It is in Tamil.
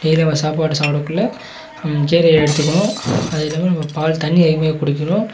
டெய்லி நம்ம சாப்பாடு சாப்பிடக்குள்ள கீரையை எடுத்துக்கணும் அது இல்லாமல் நம்ம பால் தண்ணி அதிகமாக குடிக்கணும்